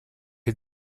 est